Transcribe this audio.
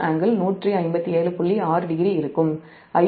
6 degree இருக்கும்